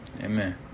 Amen